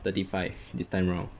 thirty five this time round